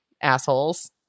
assholes